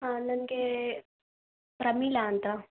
ಹಾಂ ನನ್ಗೆ ಪ್ರಮೀಳಾ ಅಂತ